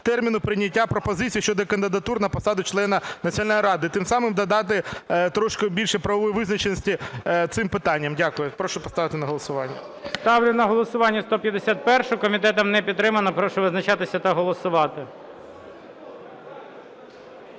терміну прийняття пропозицій щодо кандидатур на посаду члена Національної ради". Тим самим додати трошки більше правової визначеності цим питанням. Дякую. Прошу поставити на голосування. ГОЛОВУЮЧИЙ. Ставлю на голосування 151-у. Комітетом не підтримана. Прошу визначатися та голосувати.